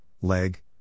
Leg